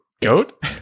Goat